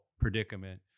predicament